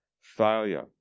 failure